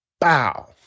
bow